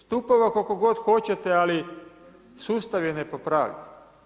Stupova koliko god hoćete ali sustav je nepopravljiv.